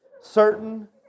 certain